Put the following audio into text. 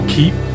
keep